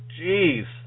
Jeez